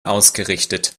ausgerichtet